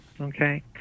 okay